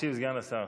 ישיב סגן השר.